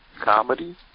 Comedy